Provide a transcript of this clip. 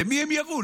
למי הם ירו?